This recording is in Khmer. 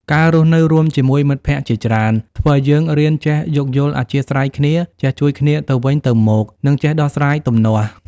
ការរស់នៅរួមជាមួយមិត្តភក្តិជាច្រើន ធ្វើឲ្យយើងរៀនចេះយោគយល់អធ្យាស្រ័យគ្នា ចេះជួយគ្នាទៅវិញទៅមក និងចេះដោះស្រាយទំនាស់។